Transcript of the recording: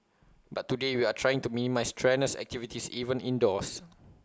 but today we are trying to minimise strenuous activities even indoors